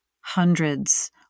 hundreds